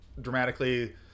dramatically